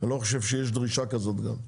אני לא חושב שיש דרישה כזאת גם.